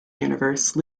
universe